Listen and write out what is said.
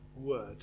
word